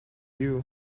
you